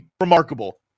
remarkable